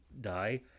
die